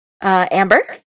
Amber